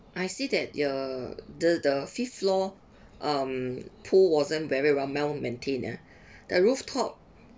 I see that your the the fifth floor um pool wasn't very well well maintained ah the rooftop